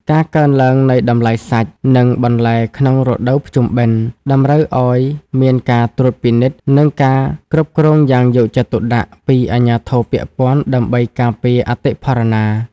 ការកើនឡើងនៃតម្លៃសាច់ និងបន្លែក្នុងរដូវភ្ជុំបិណ្ឌ តម្រូវឱ្យមានការត្រួតពិនិត្យ និងការគ្រប់គ្រងយ៉ាងយកចិត្តទុកដាក់ពីអាជ្ញាធរពាក់ព័ន្ធដើម្បីការពារអតិផរណា។